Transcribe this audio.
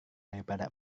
daripada